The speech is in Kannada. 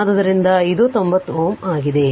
ಆದ್ದರಿಂದ ಇದು 90Ω ಆಗಿದೆ